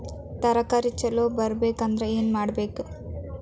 ತರಕಾರಿ ಛಲೋ ಬರ್ಬೆಕ್ ಅಂದ್ರ್ ಏನು ಮಾಡ್ಬೇಕ್?